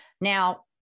Now